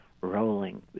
rolling